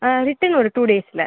return ஒரு two டேஸில்